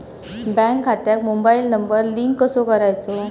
Bank खात्यात mobile number link कसो करायचो?